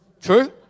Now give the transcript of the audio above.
True